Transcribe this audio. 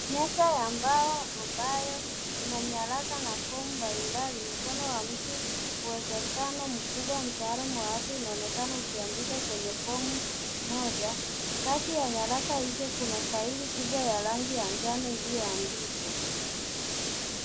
Meza ya mbao ambayo ina nyaraka na form mbali mbali. Mkono wa mtu uwezekano mkubwa mtaalamu wa afya, unaonekana ukiandika kwenye fomu moja. Kati ya nyaraka hizi, kuna faili kubwa ya rangi ya njano iliyoandikwa.